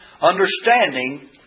understanding